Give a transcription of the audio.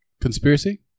Conspiracy